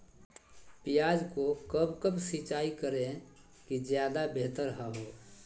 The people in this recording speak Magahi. प्याज को कब कब सिंचाई करे कि ज्यादा व्यहतर हहो?